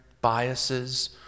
biases